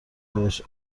بهش